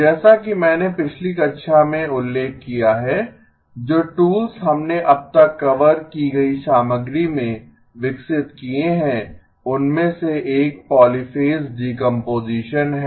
जैसा कि मैंने पिछली कक्षा में उल्लेख किया है जो टूल्स हमने अब तक कवर की गई सामग्री में विकसित किए हैं उनमें से एक पॉलीफ़ेज़ डीकम्पोजीशन है